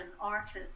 artists